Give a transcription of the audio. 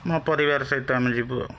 ମୋ ପରିବାର ସହିତ ଆମେ ଯିବୁ ଆଉ